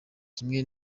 kimwe